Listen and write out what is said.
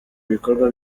ibikorwa